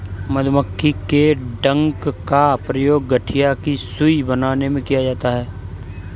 मधुमक्खी के डंक का प्रयोग गठिया की सुई बनाने में किया जाता है